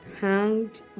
hanged